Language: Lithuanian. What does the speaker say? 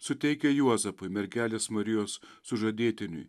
suteikia juozapui mergelės marijos sužadėtiniui